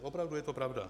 Opravdu je to pravda.